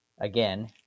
again